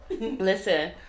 Listen